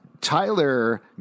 Tyler